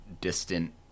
distant